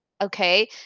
Okay